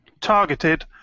targeted